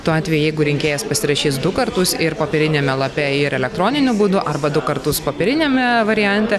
tuo atveju jeigu rinkėjas pasirašys du kartus ir popieriniame lape ir elektroniniu būdu arba du kartus popieriniame variante